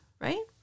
right